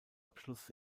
abschluss